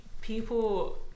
people